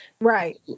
right